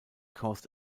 caused